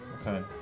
Okay